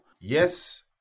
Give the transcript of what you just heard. yes